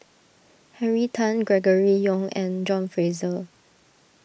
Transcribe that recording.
Henry Tan Gregory Yong and John Fraser